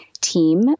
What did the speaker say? team